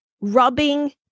rubbing